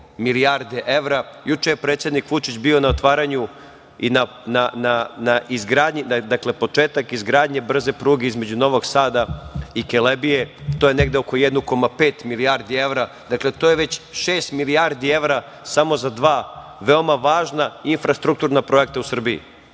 milijarde evra. Juče je predsednik Vučić bio na otvaranju, početku izgradnje brze pruge između Novog Sada i Kelebije. To je negde oko 1,5 milijardi evra. Dakle, to je već šest milijardi evra samo za dva veoma važna infrastrukturna projekta u Srbiji. Uvaženi